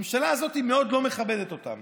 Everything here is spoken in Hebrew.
הממשלה הזאת מאוד לא מכבדת אותם,